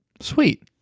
sweet